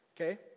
Okay